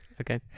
Okay